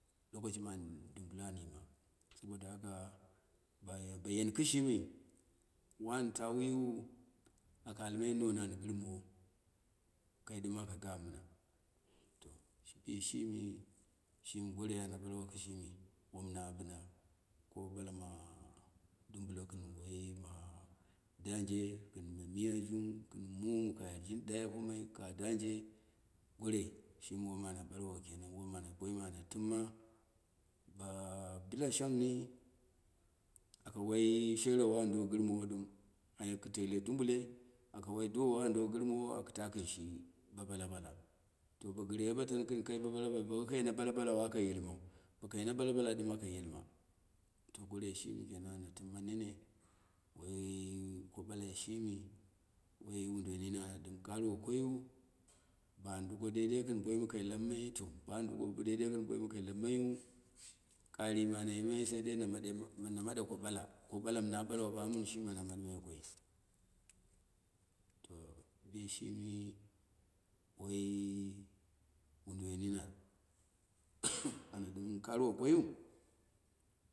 Lokashi an dubulo an yima, sabola haka ba bayen kishinni, wanta wuyiwu, aka alma non an gtr mowo, kai ɗɨm aka goma to, bishi mi, shimi goroi ana ɓalwo kushimi wom ro bɨna, bo balama dubwo gɨn woi na daje kɨn ma miya jung, kn muma kajin dai apomai ka daje, gorei shimi woma ana ɓalwo kenan wome boima ana tɨmma btla shang ni aka wai sherwo an do gɨr mono ɗɨm, anya ku teile dumbuwi, aka do wai duwowa an gɨrmowo aka tə anshi bo bala bala to, bo gtreghe ba tan kɨn kai ba bala bala bo wokai na bala balau aka yilmau ba kai ma bala bala ɗɨm aka yilma, goroi shimi kenan ana timma nene, woi ko balai shimi, woi woduwoi nimi ana ɗɨm karɨwoko yiu, ban ɗuko deidei kɨn boi mɨ kai lammai to bawan ɗuko deidei kɨn boimɨ kai lammayiu to kari mɨ ana yimai saidai na maɗe ko bala ko bala na ɓalwa ɓanu, shimi ana madɨ mai koi to bishimi woi woduwoi nini kariwo koyin.